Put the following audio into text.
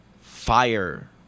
fire